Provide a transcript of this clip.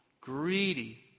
greedy